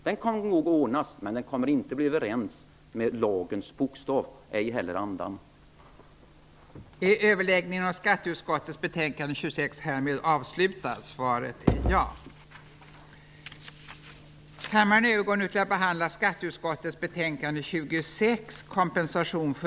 Den kommer nog att ordnas, men den kommer inte att stämma överens med lagens bokstav, ej heller med dess anda.